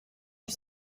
fut